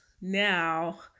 now